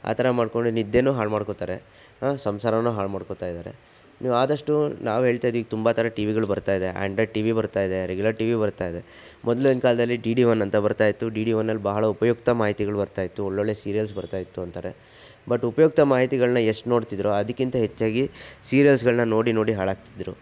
ಆ ಥರ ಮಾಡ್ಕೊಂಡು ನಿದ್ರೆನೂ ಹಾಳು ಮಾಡ್ಕೋತಾರೆ ಸಂಸಾರನು ಹಾಳು ಮಾಡ್ಕೋತಾಯಿದ್ದಾರೆ ನೀವು ಆದಷ್ಟು ನಾವು ಹೇಳ್ತಾಯಿದ್ದೀವಿ ತುಂಬ ಥರದ ಟಿ ವಿಗಳು ಬರ್ತಾಯಿದೆ ಆ್ಯಂಡ್ರಾಯ್ಡ್ ಟಿ ವಿ ಬರ್ತಾಯಿದೆ ರೆಗ್ಯುಲರ್ ಟಿ ವಿ ಬರ್ತಾಯಿದೆ ಮೊದಲಿನ ಕಾಲದಲ್ಲಿ ಡಿ ಡಿ ಒನ್ ಅಂತ ಬರ್ತಾಯಿತ್ತು ಡಿ ಡಿ ಒನ್ನಲ್ಲಿ ಬಹಳ ಉಪಯುಕ್ತ ಮಾಹಿತಿಗಳು ಬರ್ತಾಯಿತ್ತು ಒಳ್ಳೊಳ್ಳೆ ಸೀರಿಯಲ್ಸ್ ಬರ್ತಾಯಿತ್ತು ಅಂತಾರೇ ಬಟ್ ಉಪಯುಕ್ತ ಮಾಹಿತಿಗಳನ್ನ ಎಷ್ಟು ನೋಡ್ತಿದ್ರೋ ಅದಕ್ಕಿಂತ ಹೆಚ್ಚಾಗಿ ಸೀರಿಯಲ್ಸ್ಗಳನ್ನ ನೋಡಿ ನೋಡಿ ಹಾಳಾಗ್ತಿದ್ರು